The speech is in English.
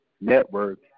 Network